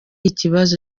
ikibazo